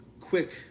quick